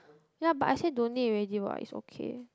ya but I say don't need already [what] it's okay